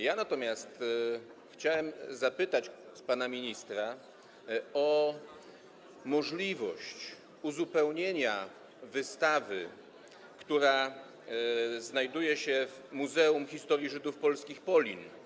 Ja natomiast chciałbym zapytać pana ministra o możliwość uzupełnienia wystawy, która znajduje się w Muzeum Historii Żydów Polskich Polin.